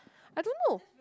I don't know